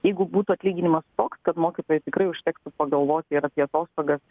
jeigu būtų atlyginimas toks kad mokytojai tikrai užtektų pagalvoti ir apie atostogas